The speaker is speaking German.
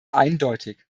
eindeutig